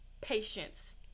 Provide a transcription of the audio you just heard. patience